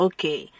Okay